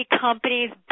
companies –